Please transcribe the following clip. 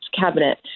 cabinet